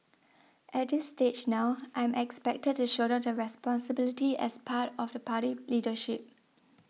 at this stage now I'm expected to shoulder the responsibility as part of the party leadership